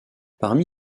parmi